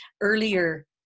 earlier